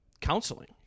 counseling